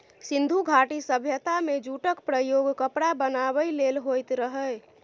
सिंधु घाटी सभ्यता मे जुटक प्रयोग कपड़ा बनाबै लेल होइत रहय